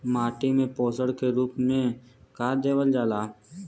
माटी में पोषण के रूप में का देवल जाला?